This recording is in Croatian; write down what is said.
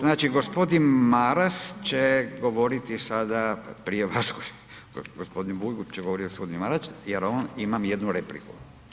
Znači gospodin Maras će govoriti sada prije vas gospodin Bulj će govorit gospodin Maras jer on ima jednu repliku.